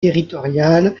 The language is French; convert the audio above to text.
territoriales